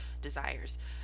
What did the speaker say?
desires